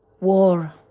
war